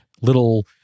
little